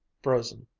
frozen.